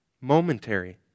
Momentary